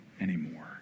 anymore